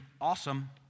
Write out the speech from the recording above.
awesome